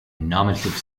nominative